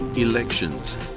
elections